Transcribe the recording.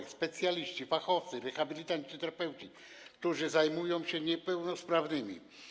Są to specjaliści, fachowcy, rehabilitanci, terapeuci, którzy zajmują się niepełnosprawnymi.